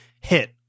hit